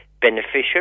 beneficial